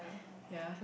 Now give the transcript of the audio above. ya